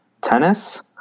tennis